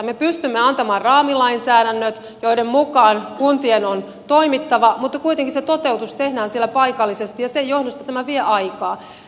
me pystymme antamaan raamilainsäädännöt joiden mukaan kuntien on toimittava mutta kuitenkin se toteutus tehdään siellä paikallisesti ja sen johdosta tämä vie aikaa